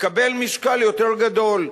תקבל משקל יותר גדול.